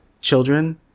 children